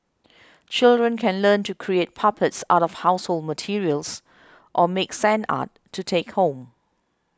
children can learn to create puppets out of household materials or make sand art to take home